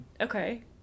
Okay